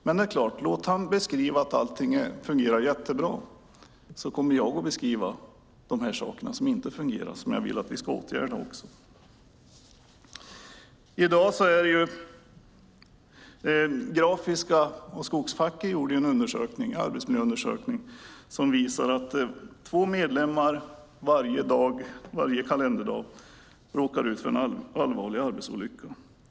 Men låt honom då beskriva att allting fungerar jättebra, så kommer jag att beskriva de saker som inte fungerar och som jag vill att vi ska åtgärda. Facket för skogs-, trä och grafisk bransch har gjort en arbetsmiljöundersökning som visar att två medlemmar varje kalenderdag råkar ut för en allvarlig arbetsolycka.